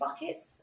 buckets